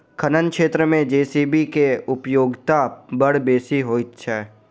खनन क्षेत्र मे जे.सी.बी के उपयोगिता बड़ बेसी होइत छै